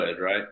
right